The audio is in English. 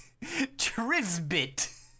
Trisbit